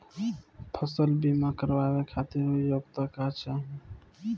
फसल बीमा करावे खातिर योग्यता का चाही?